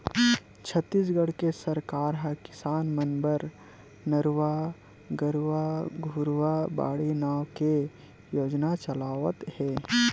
छत्तीसगढ़ के सरकार ह किसान मन बर नरूवा, गरूवा, घुरूवा, बाड़ी नांव के योजना चलावत हे